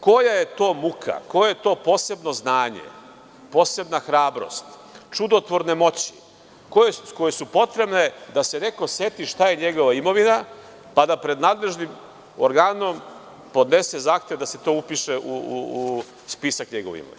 Koja je to muka, koje je to posebno znanje, posebna hrabrost, čudotvorne moći koje su potrebne da se neko seti šta je njegova imovina, pa da pred nadležnim organom podnese zahtev da se to upiše u spisak njegove imovine.